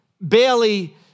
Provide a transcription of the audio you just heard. barely